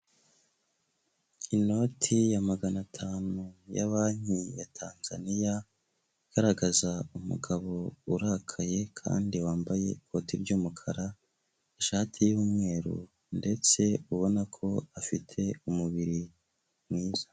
Inoti ya magana atanu ya banki ya Tanzania igaragaza umugabo urakaye kandi wambaye ikoti ry'umukara, ishati y'umweru ndetse ubona ko afite umubiri mwiza.